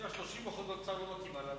ממשלה של 30% מן התוצר לא מתאימה לנו.